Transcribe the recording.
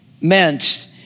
meant